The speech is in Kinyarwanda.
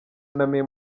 bunamiye